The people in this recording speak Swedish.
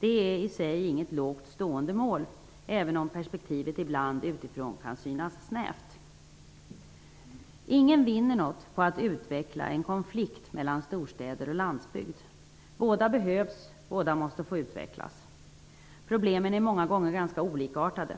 Det är i sig inget lågt stående mål, även om perspektivet ibland utifrån kan synas snävt. Ingen vinner något på att utveckla en konflikt mellan storstäder och landsbygd. Båda behövs, båda måste få utvecklas. Problemen är många gånger ganska olikartade.